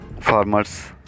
farmers